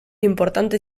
importante